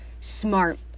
smart